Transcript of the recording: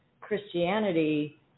Christianity